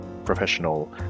professional